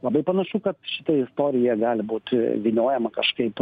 labai panašu kad šita istorija gali būt vyniojama kažkaip